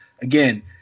again